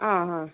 ആ ഹാ